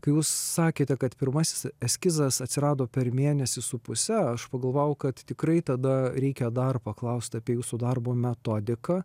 kai jūs sakėte kad pirmasis eskizas atsirado per mėnesį su puse aš pagalvojau kad tikrai tada reikia dar paklausti apie jūsų darbo metodiką